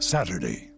Saturday